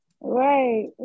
Right